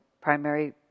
primary